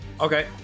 Okay